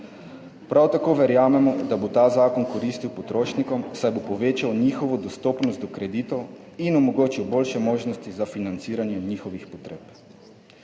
Prav tako verjamemo, da bo ta zakon koristil potrošnikom, saj bo povečal njihovo dostopnost do kreditov in omogočil boljše možnosti za financiranje njihovih potreb.